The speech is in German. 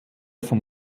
vom